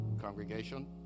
Congregation